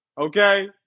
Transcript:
Okay